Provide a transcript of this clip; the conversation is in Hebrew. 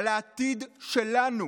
על העתיד שלנו